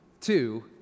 two